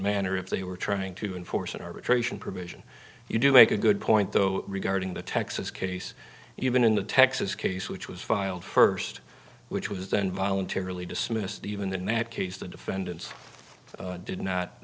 manner if they were trying to enforce an arbitration provision you do make a good point though regarding the texas case even in the texas case which was filed first which was then voluntarily dismissed even then that case the defendants did not